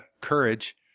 courage